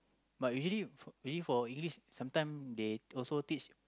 but usually for usually for English sometime they also teach